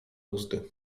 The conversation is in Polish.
uzdy